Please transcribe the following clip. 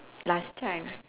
last time